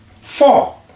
Four